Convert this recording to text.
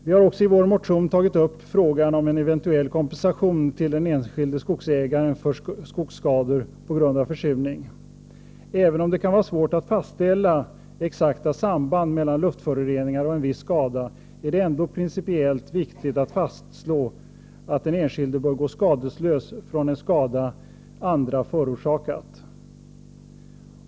Vi har i vår motion också tagit upp frågan om en eventuell kompensation till den enskilde skogsägaren för skogsskador på grund av försurning. Även om det kan vara svårt att fastställa exakta samband mellan luftföroreningarna och en viss skada är det ändå principiellt viktigt att fastslå att den enskilde bör gå skadeslös från en skada andra förorsakat.